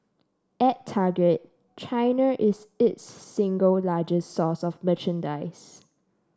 at Target China is its single largest source of merchandise